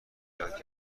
یاد